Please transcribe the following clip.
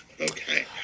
Okay